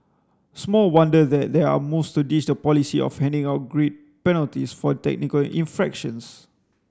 small wonder that there are moves to ditch the policy of handing out grid penalties for technical infractions